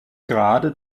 grade